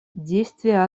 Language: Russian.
действие